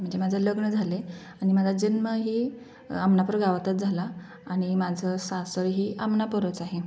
म्हणजे माझं लग्न झालं आहे आणि माझा जन्मही आमणापूर गावातच झाला आणि माझं सासरही आमणापूरच आहे